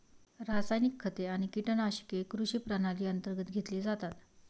रासायनिक खते आणि कीटकनाशके कृषी प्रणाली अंतर्गत घेतले जातात